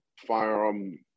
firearm